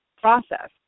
process